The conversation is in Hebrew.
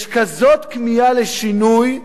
יש כזאת כמיהה לשינוי,